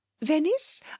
venice